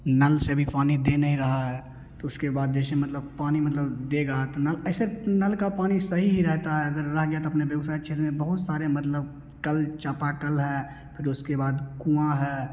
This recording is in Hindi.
नल से अभी पानी दे नहीं रहा है तो उसके बाद जैसे मतलब पानी मतलब देगा तो नल ऐसा नल का पानी सही ही रहता है अगर रह गया तो अपने बेगुसराय क्षेत्र में बहुत सारे मतलब कल चापाकल है फिर उसके बाद कुआँ है